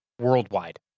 worldwide